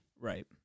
Right